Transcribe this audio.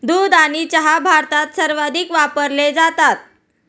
दूध आणि चहा भारतात सर्वाधिक वापरले जातात